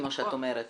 כמו שאת אומרת,